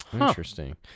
Interesting